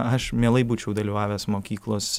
aš mielai būčiau dalyvavęs mokyklos